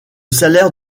salaire